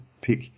pick